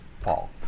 Paul